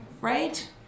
right